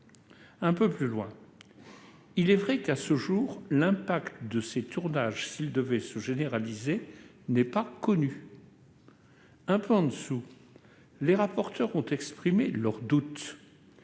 il est écrit :« Il est vrai qu'à ce jour l'impact de ces tournages, s'ils devaient se généraliser, n'est pas connu. » Et encore :« Les rapporteurs ont exprimé leurs doutes